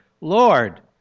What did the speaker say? Lord